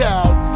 out